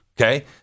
Okay